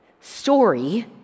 Story